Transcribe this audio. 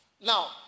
Now